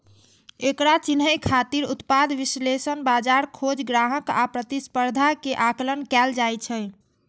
एकरा चिन्है खातिर उत्पाद विश्लेषण, बाजार खोज, ग्राहक आ प्रतिस्पर्धा के आकलन कैल जाइ छै